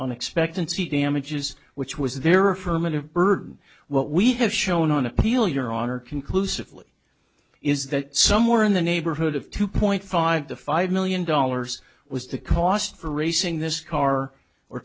expectancy damages which was there or affirmative burden what we have shown on appeal your honor conclusively is that somewhere in the neighborhood of two point five to five million dollars was the cost for racing this car or